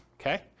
Okay